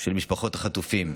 של חטופים.